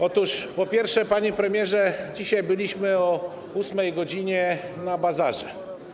Otóż po pierwsze, panie premierze, dzisiaj byliśmy o godz. 8 na bazarze.